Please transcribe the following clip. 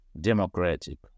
democratic